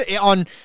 On